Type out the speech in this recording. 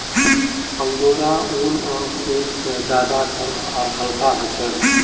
angora ऊन आम ऊन से ज्यादा गर्म आर हल्का ह छे